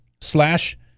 slash